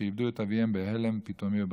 שאיבדו את אביהם בהלם פתאומי ובחטף.